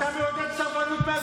אתה מעודד סרבנות במליאת הכנסת.